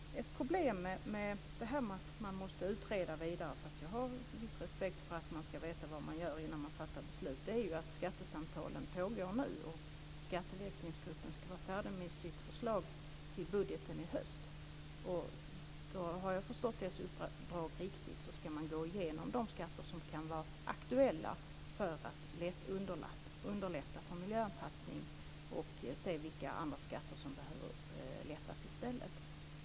Ett problem med att man måste utreda vidare - jag har viss respekt för att man ska veta vad man gör innan man fattar beslut - är att skattesamtalen pågår nu och att Skatteväxlingsgruppen ska vara färdig med sitt förslag till budgeten i höst. Såvitt jag har förstått dess uppdrag rätt ska den gå igenom de skatter som kan vara aktuella för att underlätta för miljöanpassning och se vilka andra skatter som behöver reduceras i stället.